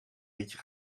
liedje